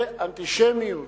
זה אנטישמיות,